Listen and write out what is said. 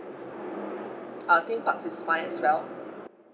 I think park is fine as well